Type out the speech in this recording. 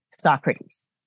Socrates